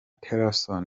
tillerson